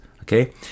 Okay